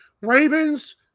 Ravens